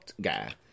guy